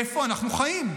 איפה אנחנו חיים?